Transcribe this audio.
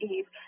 Eve